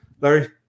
Larry